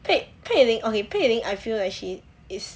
pei pei ling okay pei ling I feel like she is